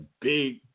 big